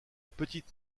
petite